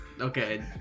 Okay